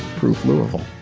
proof louisville.